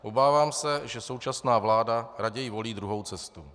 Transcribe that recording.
Obávám se, že současná vláda raději volí druhou cestu.